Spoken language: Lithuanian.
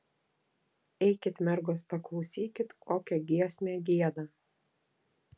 eikit mergos paklausykit kokią giesmę gieda